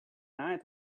night